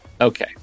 okay